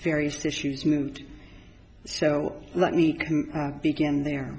various issues moved so let me begin there